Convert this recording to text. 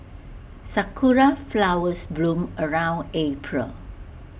Sakura Flowers bloom around April